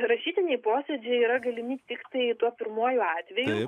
rašytiniai posėdžiai yra galimi tiktai tuo pirmuoju atveju